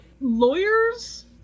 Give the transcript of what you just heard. lawyers